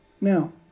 Now